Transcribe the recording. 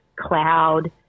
cloud